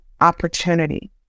opportunity